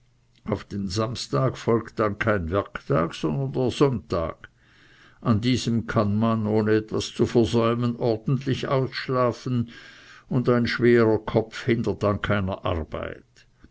auf den samstag folgt dann kein werktag sondern der sonntag an diesem kann man ohne etwas zu versäumen ordentlich ausschlafen und ein schwerer kopf hindert an keiner arbeit